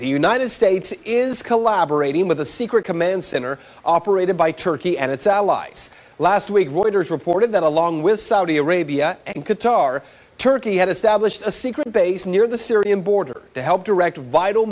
the united states is collaborating with a secret command center operated by turkey and its allies last week reuters reported that along with saudi arabia and qatar turkey had established a secret base near the syrian border to help direct vital